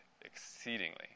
exceedingly